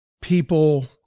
people